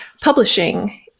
publishing